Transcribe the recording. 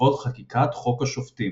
בעקבות חקיקת חוק השופטים.